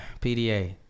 PDA